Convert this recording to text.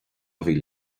mhíle